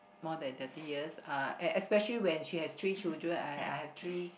more than thirty years uh especially when she has three children and I have three